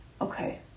Okay